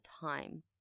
time